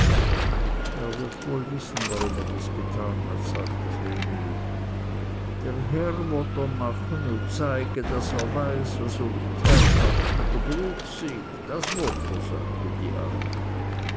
er wird wohl wissen warum er das getan hat sagte vreneli dr herr wott er mache u zeige daß er weiß was unter dr herrschaft dr bruch syg das wott er sagte die alte